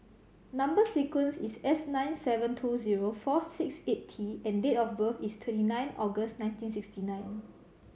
number sequence is S nine seven two zero four six eight T and date of birth is twenty nine August nineteen sixty nine